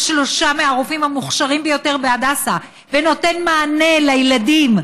שלושה מהרופאים המוכשרים ביותר בהדסה ונותן מענה לילדים,